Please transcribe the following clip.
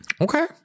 Okay